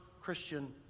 Christian